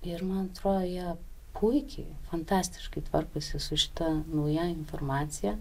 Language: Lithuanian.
ir man atrodo jie puikiai fantastiškai tvarkosi su šita nauja informacija